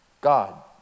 God